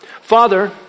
Father